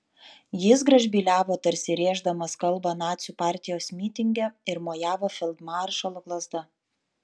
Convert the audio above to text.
jis gražbyliavo tarsi rėždamas kalbą nacių partijos mitinge ir mojavo feldmaršalo lazda